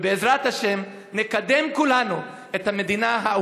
ובעזרת השם נקדם כולנו את המדינה הזאת,